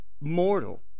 mortal